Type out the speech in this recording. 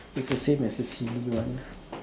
it's the same as the silly one